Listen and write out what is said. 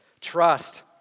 Trust